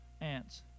ants